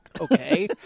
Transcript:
okay